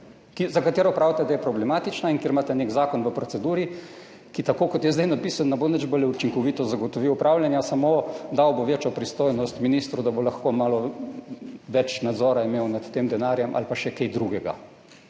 za katero pravite, da je problematična. In ker imate nek zakon v proceduri, ki, tako, kot je zdaj napisan, ne bo nič bolj učinkovito zagotovil upravljanja, samo dal bo večjo pristojnost ministru, da bo lahko malo več nadzora imel nad tem denarjem. Ali pa še kaj drugega,